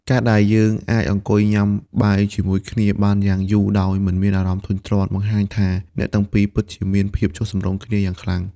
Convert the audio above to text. ការដែលយើងអាចអង្គុយញ៉ាំបាយជាមួយគ្នាបានយ៉ាងយូរដោយមិនមានអារម្មណ៍ធុញទ្រាន់ បង្ហាញថាអ្នកទាំងពីរពិតជាមានភាពចុះសម្រុងគ្នាយ៉ាងខ្លាំង។